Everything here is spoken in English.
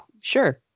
Sure